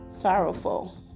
sorrowful